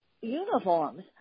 uniforms